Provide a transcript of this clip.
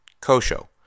Kosho